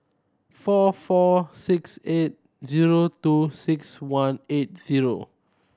four four six eight zero two six one eight zero